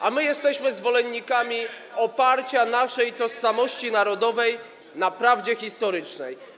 A my jesteśmy zwolennikami oparcia naszej tożsamości narodowej na prawdzie historycznej.